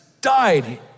died